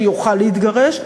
שיוכל להתגרש,